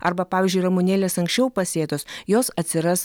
arba pavyzdžiui ramunėlės anksčiau pasėtos jos atsiras